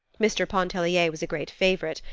mr. pontellier was a great favorite,